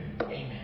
Amen